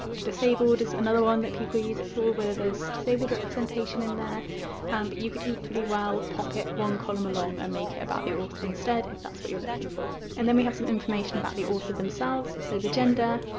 disabled is another one that people use it for, whether there's disabled representation in there but you could equally well pop it one column along and make it about the author instead if that's what you're looking for. and then we have some information about the author themselves, so the gender,